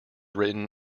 written